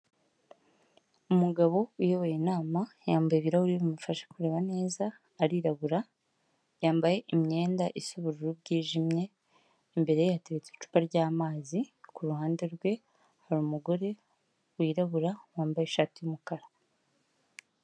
Umugabo uyoboye inama, yambaye ibirahuri bimufasha kureba neza, arirabura, yambaye imyenda isa ubururu bwijimye, imbere ye hateretse icupa ry'amazi, kuruhande rwe hari umugore wirabura, wambaye ishati y'umukara.